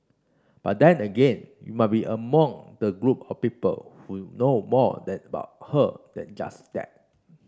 but then again you might be among the group of people who know more that about her than just that